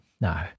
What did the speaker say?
No